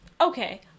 Okay